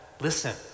listen